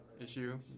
issue